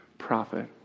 prophet